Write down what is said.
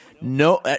no